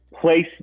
place